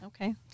okay